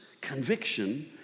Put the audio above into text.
conviction